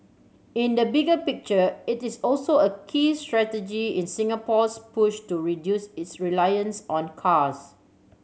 in the bigger picture it is also a key strategy in Singapore's push to reduce its reliance on cars